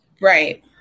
Right